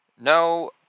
no